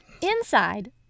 Inside